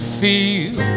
feel